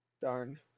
Darn